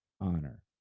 honor